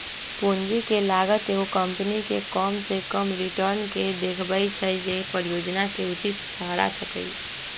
पूंजी के लागत एगो कंपनी के कम से कम रिटर्न के देखबै छै जे परिजोजना के उचित ठहरा सकइ